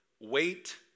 wait